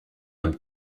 homme